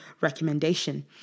recommendation